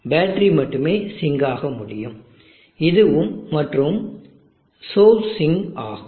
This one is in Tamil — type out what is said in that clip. பேட்டரி மட்டுமே சிங்க் ஆக முடியும் இதுவும் மற்றும் சோர்சும் சிங்க் ஆகும்